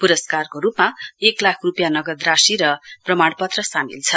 पुरस्कारको रूपमा एक लाख रुपियाँ नगद राशि र प्रमाण पत्र सामेल छ